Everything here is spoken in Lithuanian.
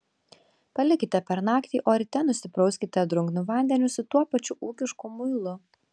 palikite per naktį o ryte nusiprauskite drungnu vandeniu su tuo pačiu ūkišku muilu